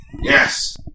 Yes